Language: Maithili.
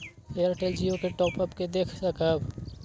एयरटेल जियो के टॉप अप के देख सकब?